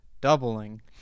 doubling